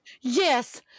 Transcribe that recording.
Yes